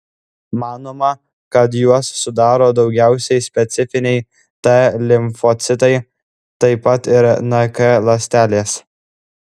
manoma kad juos sudaro daugiausiai specifiniai t limfocitai taip pat ir nk ląstelės